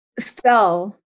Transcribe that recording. fell